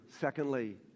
Secondly